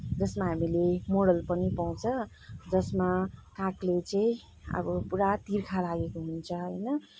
जसमा हामीले मोरल पनि पाउँछ जसमा कागले चाहिँ अब पुरा तिर्खा लागेको हुन्छ होइन